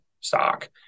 stock